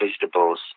vegetables